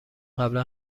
قبلا